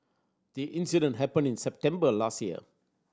the incident happened in September last year